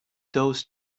those